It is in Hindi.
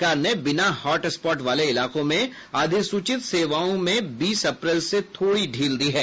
सरकार ने बिना हॉटस्पॉट वाले इलाकों में अधिसूचित सेवाओं में बीस अप्रैल से थोड़ी ढील दी है